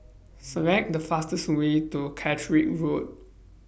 Select The fastest Way to Catterick Road